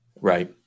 Right